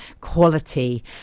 quality